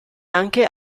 anche